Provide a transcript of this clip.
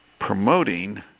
Promoting